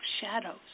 Shadows